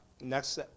Next